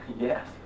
Yes